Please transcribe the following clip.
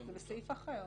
זה בסעיף אחר.